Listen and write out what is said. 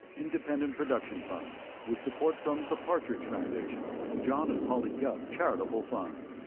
independent production fund, with support from the partridge foundation, a john and polly guth charitable fund.